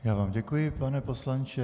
Já vám děkuji, pane poslanče.